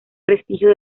prestigio